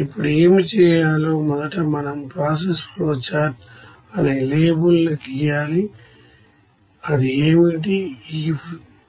ఇప్పుడు ఏమి చేయాలో మొదట మనం ప్రాసెస్ ఫ్లోఛార్ట్ అనే లేబుల్ ను గీయాలి అది ఏమిటి ఈ